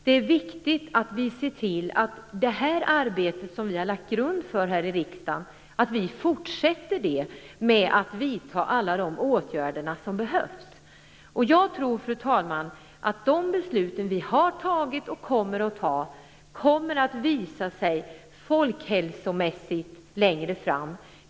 Det är viktigt att vi, genom att vidta alla de åtgärder som behövs, ser till att det arbete som vi här i riksdagen har lagt en grund för kan fortsätta. Jag tror, fru talman, att de beslut som vi har fattat och kommer att fatta folkhälsomässigt kommer att ha effekt längre fram.